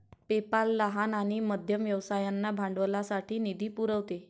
PayPal लहान आणि मध्यम व्यवसायांना भांडवलासाठी निधी पुरवते